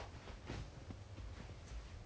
but got fire drill and all that lah right wet